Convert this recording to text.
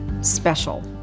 special